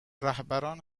رهبران